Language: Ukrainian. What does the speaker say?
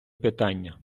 питання